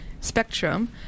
Spectrum